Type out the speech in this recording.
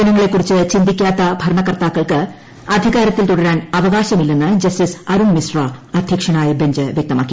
ജനങ്ങളെ കുറിച്ച് ചിന്തിക്കാത്ത ഭരണകർത്താക്കൾക്ക് അധികാരത്തിൽ തുടരാൻ അവകാശമില്ലെന്ന് ജസ്റ്റിസ് അരുൺ മിശ്ര അധ്യക്ഷനായ ബഞ്ച് വ്യക്തമാക്കി